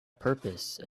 purpose